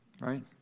right